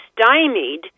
stymied